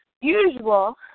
usual